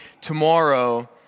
tomorrow